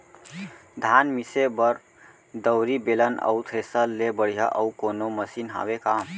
धान मिसे बर दउरी, बेलन अऊ थ्रेसर ले बढ़िया अऊ कोनो मशीन हावे का?